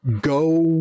go